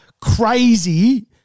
crazy